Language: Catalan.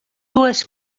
dues